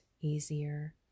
easier